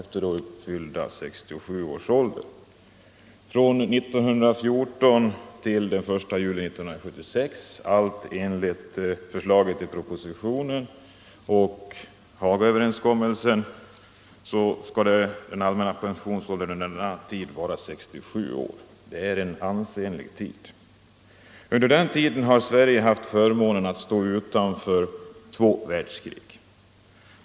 Från 1914 till den 1 juli 1976, allt enligt förslaget i propositionen och Hagaöverenskommelsen, skall den allmänna pensionsåldern vara 67 år. Det är en ansenlig tid, och under denna period har Sverige haft förmånen att stå utanför två världskrig.